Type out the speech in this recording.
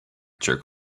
jerk